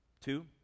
Two